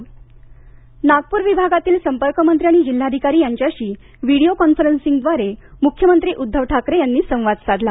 म्ख्यमंत्री नागपूर विभागातील संपर्क मंत्री आणि जिल्हाधिकारी यांच्याशी व्हिडिओ कॉन्फरन्सिंगद्वारे मुख्यमंत्री उद्धव ठाकरे यांनी संवाद साधला